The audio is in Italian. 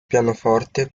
pianoforte